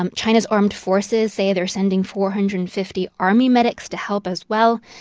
um china's armed forces say they're sending four hundred and fifty army medics to help, as well.